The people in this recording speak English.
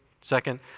Second